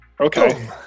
okay